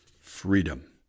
freedom